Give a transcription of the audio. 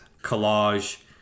collage